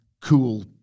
cool